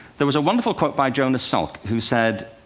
there was a wonderful quote by jonas salk, who said,